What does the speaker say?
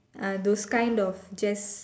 ah those kind of just